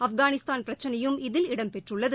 ஆப்கானிஸ்தான் பிரச்சனையும் இதில் இடம் பெற்றுள்ளது